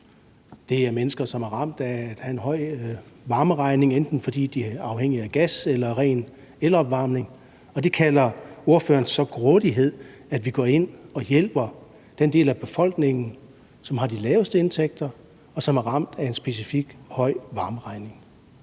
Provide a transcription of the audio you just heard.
Det er mennesker, som er ramt af at have en høj varmeregning, enten fordi de er afhængige af gas eller ren elopvarmning, og så kalder ordføreren det grådighed, at vi går ind og hjælper den del af befolkningen, som har de laveste indtægter, og som er ramt af en specifik høj varmeregning.